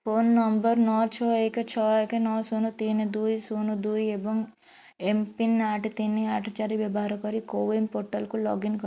phone number ନଅ ଛଅ ଏକେ ଛଅ ଏକେ ନଅ ଶୂନ ତିନି ଦୁଇ ଶୂନ ଦୁଇ ଏବଂ ଏମ୍ପିନ୍ ଆଠେ ତିନି ଆଠେ ଚାରି ବ୍ୟବହାର କରି କୋୱିନ ପୋର୍ଟାଲକୁ ଲଗ୍ଇନ କର